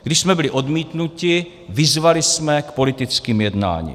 Když jsme byli odmítnuti, vyzvali jsme k politickým jednáním.